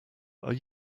are